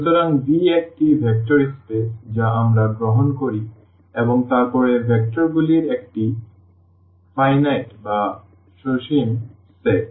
সুতরাং V একটি vector space যা আমরা গ্রহণ করি এবং তারপরে ভেক্টরগুলির একটি সসীম সেট